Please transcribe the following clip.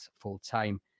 full-time